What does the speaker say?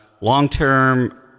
long-term